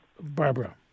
Barbara